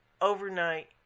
overnight